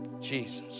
Jesus